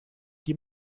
die